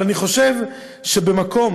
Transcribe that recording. אבל אני חושב שבמקום